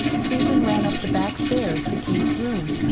susan ran up the back stairs to keith's room.